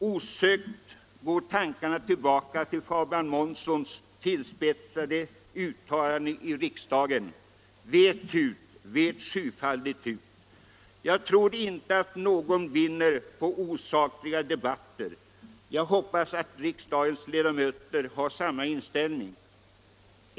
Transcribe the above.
Osökt går tankarna tillbaka till Fabian Månssons tillspetsade uttalande i riksdagen: ”Vet hut, vet sjudubbelt hut!” Jag tror inte att någon vinner på osakliga debatter. Jag hoppas att riksdagens ledamöter har samma inställning som jag.